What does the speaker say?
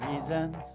reasons